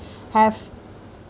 have